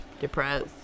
Depressed